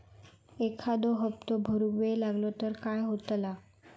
एखादो हप्तो भरुक वेळ लागलो तर काय होतला?